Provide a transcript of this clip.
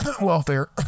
welfare